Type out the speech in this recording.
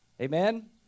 Amen